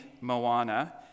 Moana